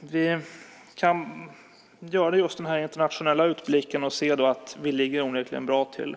Vi kan göra dessa internationella utblickar och ser då att vi onekligen ligger bra till.